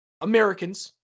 Americans